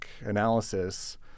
analysis